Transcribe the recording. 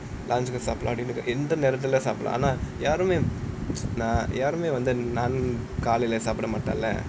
lunch சாப்பிடலாம்:saapidalaam dinner சாப்பிடலாம் ஆனா யாருமே வந்து:saapidalaam aanaa yarumae vanthu naan சாப்பிட மாட்டாங்க:saapida maataanga